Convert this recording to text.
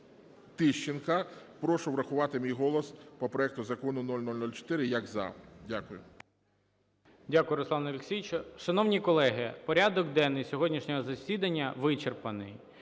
Тищенка: прошу врахувати мій голос по проекту Закону 0004 як "за". Дякую.